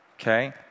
Okay